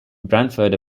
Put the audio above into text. branford